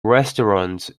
restaurants